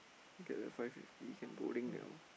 okay lah five fifty can bowling [liao]